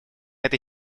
этой